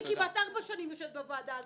אני כמעט ארבע שנים יושבת בוועדה הזאת.